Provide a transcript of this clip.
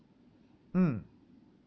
mm